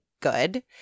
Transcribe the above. good